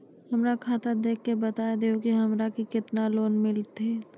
हमरा खाता देख के बता देहु के हमरा के केतना लोन मिलथिन?